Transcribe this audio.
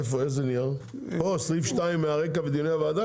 איפה איזה נייר, סעיף 2 מהרקע בדיוני הוועדה?